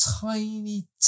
tiny